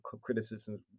criticisms